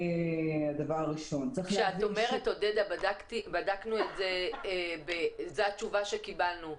כשאת אומרת 'בדקנו את זה וזו התשובה שקיבלנו',